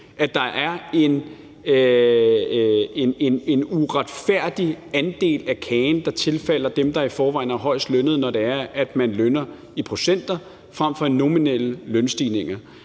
at der er en uretfærdig andel af kagen, der tilfalder dem, der i forvejen er højest lønnede, når man lønner i procenter frem for i nominelle lønstigninger,